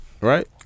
Right